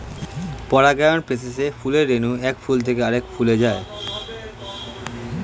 পরাগায়ন প্রসেসে ফুলের রেণু এক ফুল থেকে আরেক ফুলে যায়